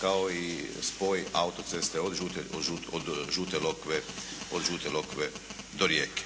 kao i spoj autoceste od žute lokve do Rijeke.